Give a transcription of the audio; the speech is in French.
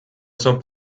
sommes